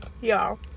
Y'all